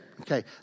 Okay